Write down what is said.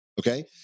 okay